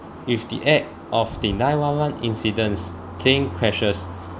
if the act of the nine one one incidents plane crashes